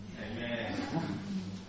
Amen